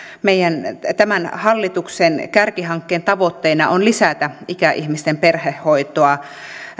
tämän hallituksen kärkihankkeen tavoitteena on lisätä ikäihmisten perhehoitoa